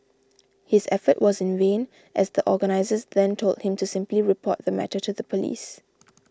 his effort was in vain as the organisers then told him to simply report the matter to the police